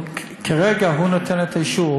כרגע הוא נותן את האישור.